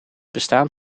bestaan